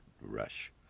rush